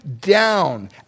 down